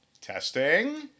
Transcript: Testing